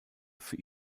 für